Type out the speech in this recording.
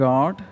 God